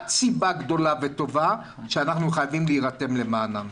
סיבה גדולה וטובה שאנחנו חייבים להירתם למענם.